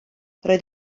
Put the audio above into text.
roedd